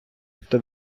хто